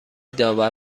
داور